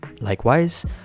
Likewise